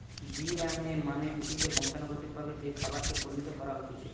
GMO মানে হতিছে বংশানুগতভাবে যে খাবারকে পরিণত করা হতিছে